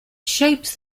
shapes